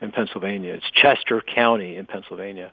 in pennsylvania. it's chester county in pennsylvania.